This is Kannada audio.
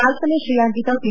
ನಾಲ್ಕನೇ ತ್ರೇಯಾಂಕಿತ ಪಿ